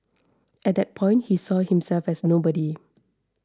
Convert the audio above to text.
at that point he saw himself as nobody